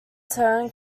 turn